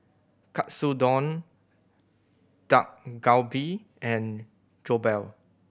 Katsudon Dak Galbi and Jokbal